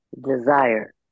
Desire